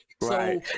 Right